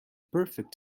perfect